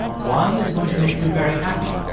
one is going to make you very happy.